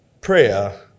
Prayer